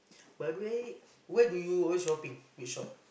by the way where do you always shopping which shop